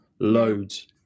Loads